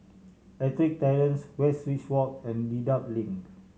Ettrick Terrace Westridge Walk and Dedap Link